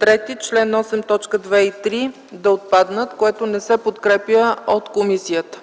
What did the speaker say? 3 - чл. 8, т. 2 и 3 да отпаднат, което не се подкрепя от комисията.